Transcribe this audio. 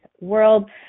world